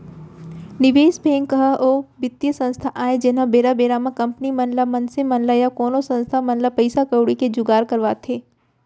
निवेस बेंक ह ओ बित्तीय संस्था आय जेनहा बेरा बेरा म कंपनी मन ल मनसे मन ल या कोनो संस्था मन ल पइसा कउड़ी के जुगाड़ करवाथे